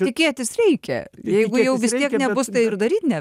tikėtis reikia jeigu jau vis tiek nebus tai ir daryt ne